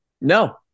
No